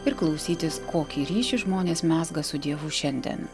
ir klausytis kokį ryšį žmonės mezga su dievu šiandien